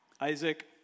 Isaac